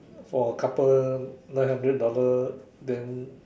for a couple nine hundred dollar then